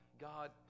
God